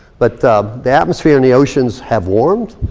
but the atmosphere and the oceans have warmed.